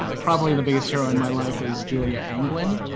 probably the biggest hero in my life is julia angwin,